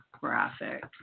graphic